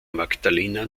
magdalena